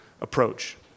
approach